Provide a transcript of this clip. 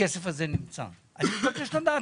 משרד הפנים, אני מבקש לדעת